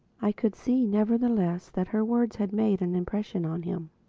i could see, nevertheless that her words had made an impression on him.